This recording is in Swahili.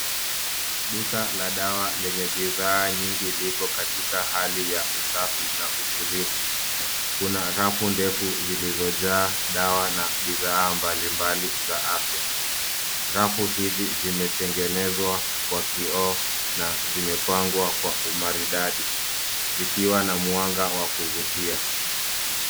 Duka la dawa lenye bidhaa nyingi liko katika hali ya usafi na utulivu. Kuna rafu ndefu zilizojaa dawa na bidhaa mbalimbali za afya. Rafu hizi zimetengenezwa kwa kioo na zimepangwa kwa umaridadi zikiwa na mwanga wa kuvutia.